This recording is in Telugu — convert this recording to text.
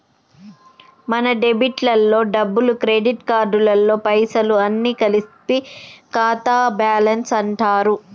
మన డెబిట్ లలో డబ్బులు క్రెడిట్ కార్డులలో పైసలు అన్ని కలిపి ఖాతా బ్యాలెన్స్ అంటారు